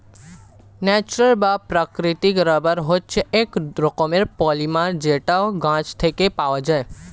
natural বা প্রাকৃতিক rubber হচ্ছে এক রকমের পলিমার যেটা গাছ থেকে পাওয়া যায়